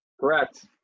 Correct